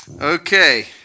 Okay